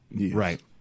Right